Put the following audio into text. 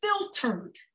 filtered